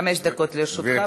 חמש דקות לרשותך.